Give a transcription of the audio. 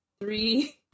three